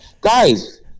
guys